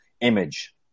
image